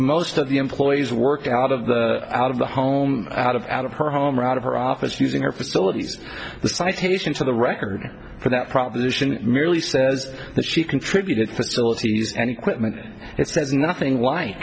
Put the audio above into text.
most of the employees work out of the out of the home out of out of her home or out of her office using her facilities the citation for the record for that proposition merely says that she contributed facilities and equipment it says nothing wh